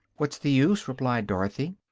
what's the use? replied dorothy.